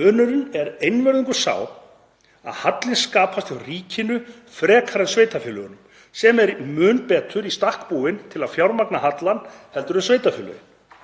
Munurinn er einvörðungu sá að hallinn skapast hjá ríkinu frekar en sveitarfélögunum, sem er mun betur í stakk búið til að fjármagna hallann en sveitarfélögin.